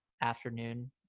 afternoon